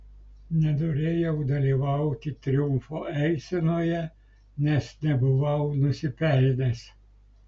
nenorėjau dalyvauti triumfo eisenoje nes nebuvau nusipelnęs